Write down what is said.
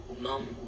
Mom